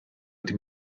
wedi